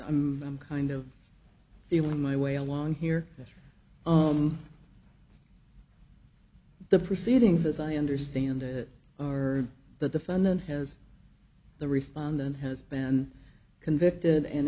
i'm i'm kind of feeling my way along here the proceedings as i understand it the defendant has the respondent has been convicted and